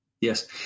Yes